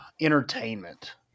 entertainment